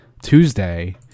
Tuesday